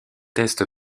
test